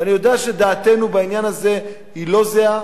ואני יודע שדעתנו בעניין הזה לא זהה,